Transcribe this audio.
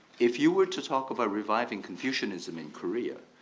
if you were to talk about reviving confucianism in korea,